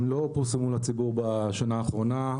הן לא פורסמו לציבור בשנה האחרונה.